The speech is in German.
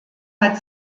hat